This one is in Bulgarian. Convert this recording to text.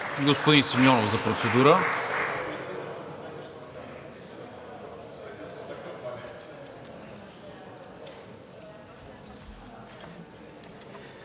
Господин Симеонов за процедура.